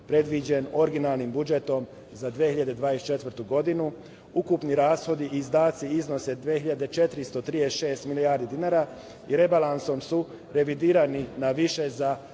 predviđen originalnim budžetom za 2024. godinu. Ukupni rashodi i izdaci iznosi 2.436 milijardi dinara i rebalansom su revidirani na više za